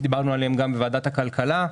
שדיברנו עליהם גם בוועדת הכלכלה,